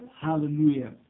Hallelujah